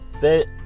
fit